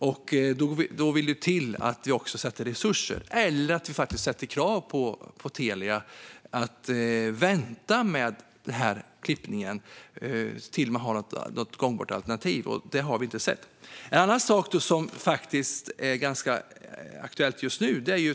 Då vill det till att vi avsätter resurser för detta eller att vi ställer krav på Telia att vänta med den här klippningen tills det finns ett gångbart alternativ, vilket vi inte har sett. Det finns en annan sak som är ganska aktuell just nu.